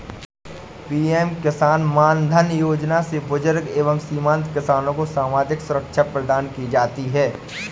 PM किसान मानधन योजना से बुजुर्ग एवं सीमांत किसान को सामाजिक सुरक्षा प्रदान की जाती है